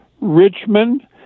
Richmond